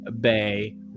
Bay